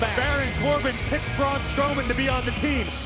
corbin picked braun strowman to be on the team.